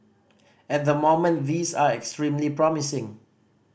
at the moment these are extremely promising